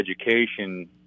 education